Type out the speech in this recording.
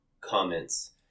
comments